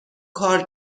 کار